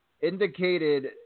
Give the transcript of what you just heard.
indicated